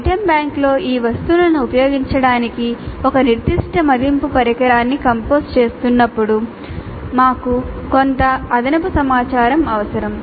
item బ్యాంక్లో ఈ వస్తువులను ఉపయోగించుకోవటానికి ఒక నిర్దిష్ట మదింపు పరికరాన్ని కంపోజ్ చేస్తున్నప్పుడు మాకు కొంత అదనపు సమాచారం అవసరం